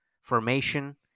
formation